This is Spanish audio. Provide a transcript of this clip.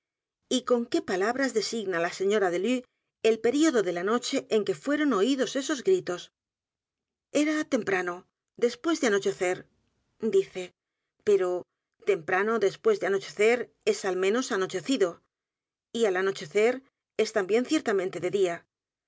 y con qué palabras designa la señora delue el período de la noche en que fueron oídos esos g r i t o s e r a temprano después de anochecer dice pero temprano después de anochecer es al menos anochecido y al anochecer es también ciertamente de día